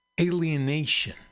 alienation